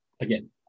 again